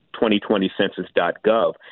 2020census.gov